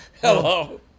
Hello